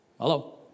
hello